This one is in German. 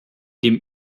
dem